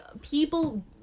People